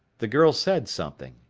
the girl said something.